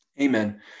Amen